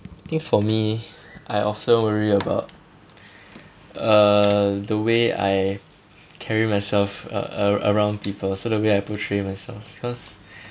think for me I often worry about uh the way I carry myself uh ar~ around people so the way I portray myself because